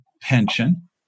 pension